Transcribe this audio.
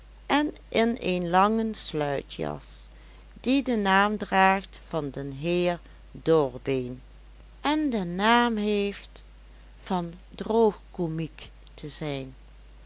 en in een langen sluitjas die den naam draagt van den heer dorbeen en den naam heeft van droogkomiek te zijn